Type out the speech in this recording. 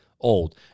old